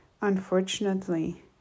Unfortunately